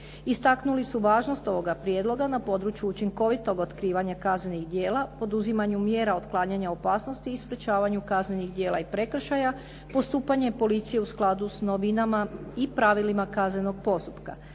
Istaknuli su važnost ovoga prijedloga na području učinkovitog otkrivanja kaznenih djela, poduzimanju mjera otklanjanja opasnosti i sprečavanju kaznenih djela i prekršaja, postupanje policije u skladu s novinama i pravilima kaznenog postupka.